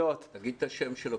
תגיד את הכינוי שלו,